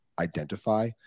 Identify